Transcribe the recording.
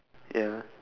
ya